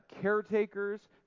caretakers